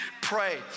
pray